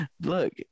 Look